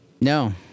No